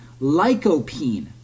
lycopene